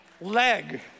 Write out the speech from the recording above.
leg